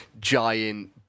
giant